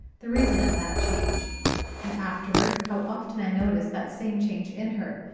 the reason of that change and afterwards how often i noticed that same change in her,